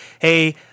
hey